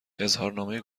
اظهارنامه